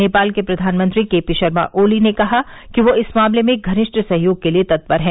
नेपाल के प्रधानमंत्री K P Sharma Oli ने कहा कि वे इस मामले में घनिष्ठ सहयोग के लिए तत्पर है